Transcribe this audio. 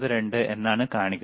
92 എന്നാണു കാണിക്കുന്നത്